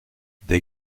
des